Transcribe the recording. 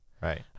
Right